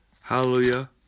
hallelujah